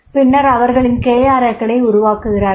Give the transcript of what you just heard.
பின்னர் அவர்களின் KRA க்களை உருவாக்குகிறார்கள்